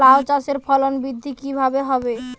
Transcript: লাউ চাষের ফলন বৃদ্ধি কিভাবে হবে?